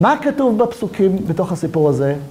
מה כתוב בפסוקים בתוך הסיפור הזה?